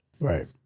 right